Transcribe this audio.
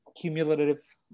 cumulative